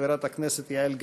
חברת הכנסת יעל גרמן,